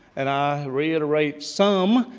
and i reiterate some,